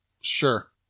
Sure